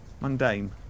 Mundane